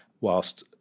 whilst